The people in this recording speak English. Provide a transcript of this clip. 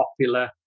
popular